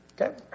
Okay